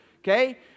Okay